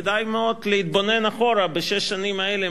כדאי מאוד להתבונן אחורה בשש השנים האלה,